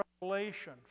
Revelation